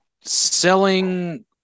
selling